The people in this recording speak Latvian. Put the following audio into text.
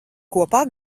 kopā